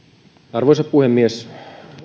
arvoisa puhemies